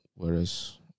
Whereas